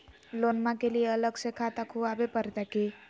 लोनमा के लिए अलग से खाता खुवाबे प्रतय की?